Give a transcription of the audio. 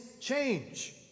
change